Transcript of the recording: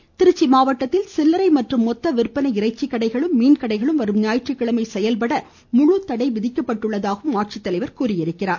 இம்மாவட்டத்தில் சில்லறை மற்றும் மொத்த விற்பனை இறைச்சி கடைகளும் மீன் கடைகளும் வரும் ஞாயிற்றுக்கிழமை செயல்பட முழு தடை விதிக்கப்பட்டுள்ளதாகவும் ஆட்சித்தலைவர் தெரிவித்தார்